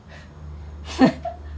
anything I want right and good at it